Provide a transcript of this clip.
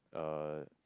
uh